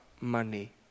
money